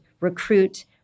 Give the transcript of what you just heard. recruit